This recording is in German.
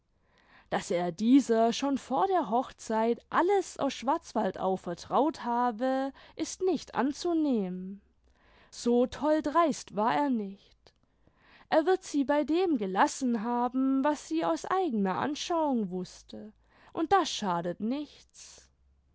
daß er dieser schon vor der hochzeit alles aus schwarzwaldau vertraut habe ist nicht anzunehmen so tolldreist war er nicht er wird sie bei dem gelassen haben was sie aus eigener anschauung wußte und das schadet nichts